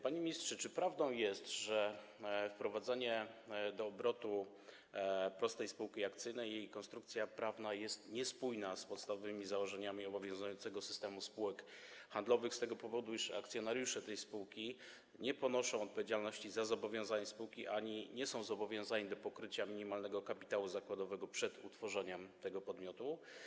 Panie ministrze, czy prawdą jest, że wprowadzenie do obrotu prostej spółki akcyjnej i jej konstrukcja prawna są niespójne z podstawowymi założeniami obowiązującego systemu spółek handlowych z tego powodu, iż akcjonariusze tej spółki nie ponoszą odpowiedzialności za zobowiązania spółki ani nie są zobowiązani do pokrycia minimalnego kapitału zakładowego przed utworzeniem tego podmiotu?